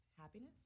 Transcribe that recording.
happiness